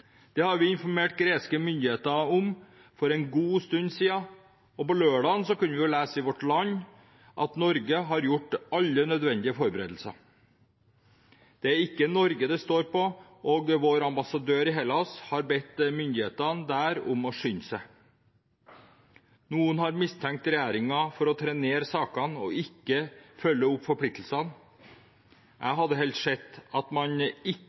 Det har vi informert greske myndigheter om for en god stund siden, og på lørdag kunne vi lese i Vårt Land at Norge har gjort alle nødvendige forberedelser. Det er ikke Norge det står på, og vår ambassadør i Hellas har bedt myndighetene der om å skynde seg. Noen har mistenkt regjeringen for å trenere sakene og ikke følge opp forpliktelsene. Jeg hadde helst sett at man ikke